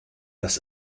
das